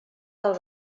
del